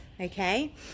okay